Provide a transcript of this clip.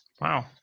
Wow